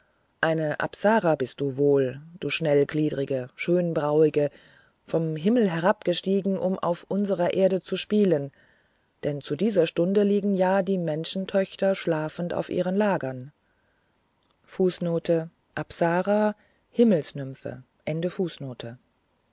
eine apsara bist du wohl du schwellgliedrige schönbrauige vom himmel herabgestiegen um auf unserer erde zu spielen denn zu dieser stunde liegen ja die menschentöchter schlafend auf ihrem lager